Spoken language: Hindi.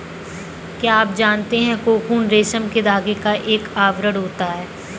क्या आप जानते है कोकून रेशम के धागे का एक आवरण होता है?